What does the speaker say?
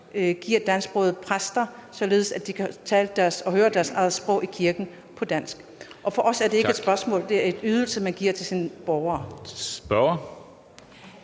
dansksprogede præster, således at de kan tale og høre deres eget sprog i kirken. For os er det ikke et spørgsmål; det er en ydelse, man giver til sine borgere.